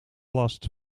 last